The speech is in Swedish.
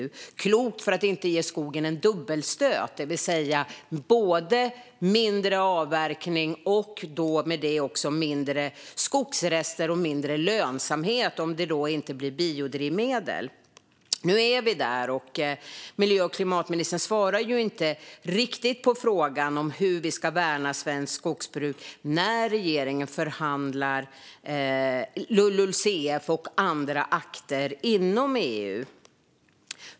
Det ansågs klokt att inte ge skogen en dubbelstöt genom mindre avverkning och därmed mindre skogsrester och mindre lönsamhet, om de då inte blir biodrivmedel. Men nu är vi där. Klimat och miljöministern svarade inte riktigt på frågan om hur svenskt skogsbruk ska värnas när regeringen förhandlar LULUCF och andra akter inom EU.